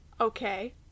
okay